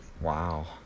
Wow